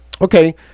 okay